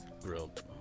Grilled